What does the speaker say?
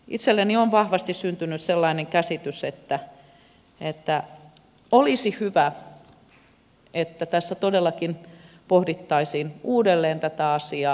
itselleni on vahvasti syntynyt sellainen käsitys että olisi hyvä että tässä todellakin pohdittaisiin uudelleen tätä asiaa